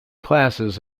classes